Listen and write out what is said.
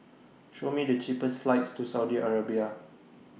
Show Me The cheapest flights to Saudi Arabia